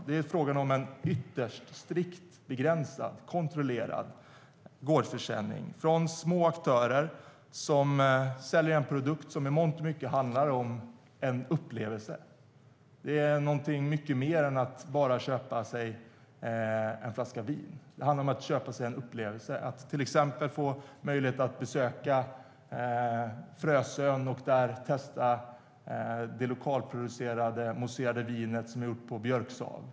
Det är fråga om en ytterst strikt begränsad, kontrollerad gårdsförsäljning från små aktörer som säljer en produkt som i mångt och mycket handlar om en upplevelse. Det är något mycket mer än att bara köpa en flaska vin. Det handlar om att köpa en upplevelse, att till exempel få möjlighet att besöka Frösön och där testa det lokalproducerade mousserande vinet som är gjort på björksav.